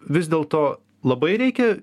vis dėlto labai reikia